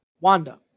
Wanda